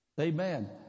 Amen